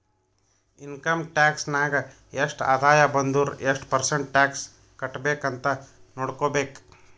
income tax ನಾಗ್ ಎಷ್ಟ ಆದಾಯ ಬಂದುರ್ ಎಷ್ಟು ಪರ್ಸೆಂಟ್ ಟ್ಯಾಕ್ಸ್ ಕಟ್ಬೇಕ್ ಅಂತ್ ನೊಡ್ಕೋಬೇಕ್